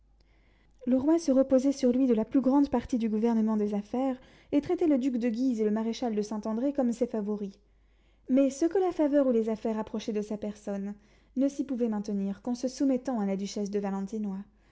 le roi se reposait sur lui de la plus grande partie du gouvernement des affaires et traitait le duc de guise et le maréchal de saint-andré comme ses favoris mais ceux que la faveur ou les affaires approchaient de sa personne ne s'y pouvaient maintenir qu'en se soumettant à la duchesse de valentinois